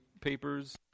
papers